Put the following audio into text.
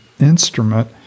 instrument